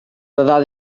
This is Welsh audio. bydda